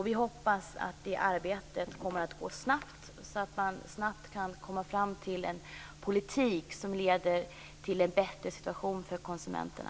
Vi hoppas att arbetet kommer att gå snabbt så att man snabbt kan komma fram till en politik som leder till en bättre situation för konsumenterna.